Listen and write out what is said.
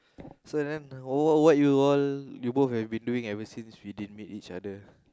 so and then what what you all you both have been doing ever since you didn't meet each other